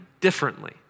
differently